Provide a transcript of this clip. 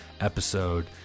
episode